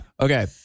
Okay